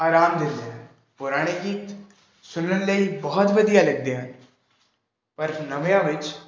ਆਰਾਮ ਦਿੰਦੇ ਪੁਰਾਣੇ ਗੀਤ ਸੁਣਨ ਲਈ ਬਹੁਤ ਵਧੀਆ ਲੱਗਦੇ ਹਨ ਪਰ ਨਵਿਆਂ ਵਿੱਚ